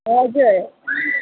हजुर